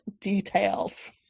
details